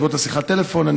בעקבות שיחת הטלפון,